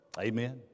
Amen